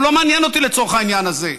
והוא לא מעניין אותי לצורך העניין הזה,